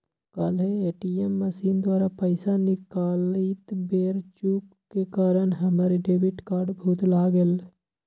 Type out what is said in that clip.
काल्हे ATM machine द्वारा पइसा निकालइत बेर चूक के कारण हमर डेबिट कार्ड भुतला गेल